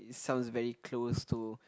sounds very close to